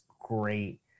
great